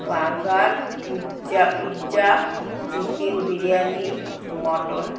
burger pizza pizza chicken biryani mutton